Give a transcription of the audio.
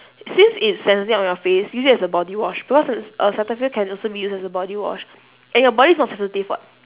since it's sensitive on your face use it as a body wash because err cetaphil can also be used as a body wash and your body is not sensitive [what]